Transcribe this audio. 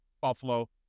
Buffalo